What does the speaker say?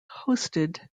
hosted